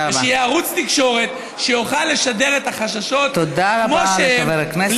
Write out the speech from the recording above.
ושיהיה ערוץ תקשורת שיוכל לשדר את החדשות כמו שהן,